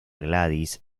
gladys